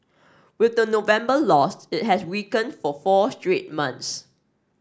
with the November loss it has weakened for four straight months